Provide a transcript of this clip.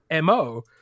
MO